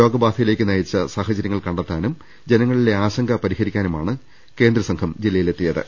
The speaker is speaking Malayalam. രോഗബാധയിലേക്ക് നയിച്ച സാഹചര്യങ്ങൾ കണ്ടെത്താനും ജനങ്ങ ളിലെ ആശങ്ക പരിഹരിക്കാനുമാണ് കേന്ദ്ര സംഘം ജില്ലയിലെത്തി യത്